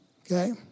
Okay